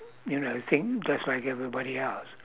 you know think just like everybody else